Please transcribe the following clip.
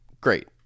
great